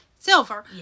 Silver